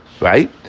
right